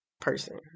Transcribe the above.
person